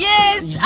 Yes